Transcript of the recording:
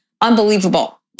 Unbelievable